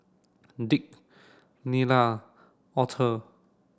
Dick Nilda Author